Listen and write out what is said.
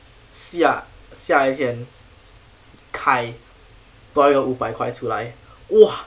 下下一天开多一个五百块出来哇